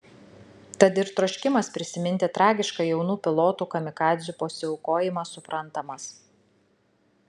tad ir troškimas prisiminti tragišką jaunų pilotų kamikadzių pasiaukojimą suprantamas